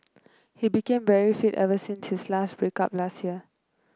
he became very fit ever since his last break up last year